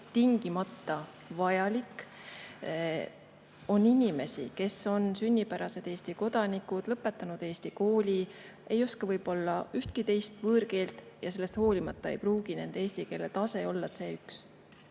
tingimata vajalik. On inimesi, kes on sünnipärased Eesti kodanikud, on lõpetanud eesti kooli, ei oska võib-olla ühtegi võõrkeelt, aga sellest hoolimata ei pruugi nende eesti keele tase olla C1.